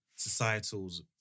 societal's